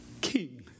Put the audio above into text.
king